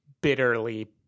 bitterly